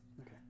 Okay